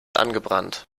angebrannt